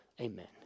Amen